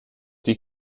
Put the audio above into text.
die